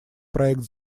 проект